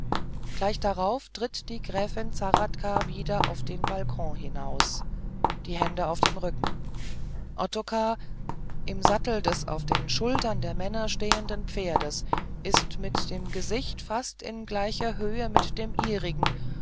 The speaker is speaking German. gleich darauf tritt die gräfin zahradka wieder auf den balkon hinaus die hände auf dem rücken ottokar im sattel des auf den schultern der männer stehenden pferdes ist mit dem gesicht fast in gleicher höhe mit dem